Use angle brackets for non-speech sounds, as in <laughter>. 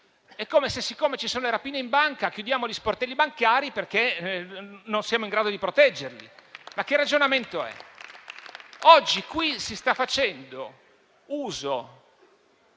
che, siccome ci sono le rapine in banca, chiudiamo gli sportelli bancari, perché non siamo in grado di proteggerli. Ma che ragionamento è? <applause> Oggi qui si sta facendo un